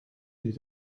duurt